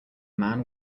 man